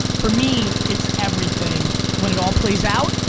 for me it's everything when it all plays out,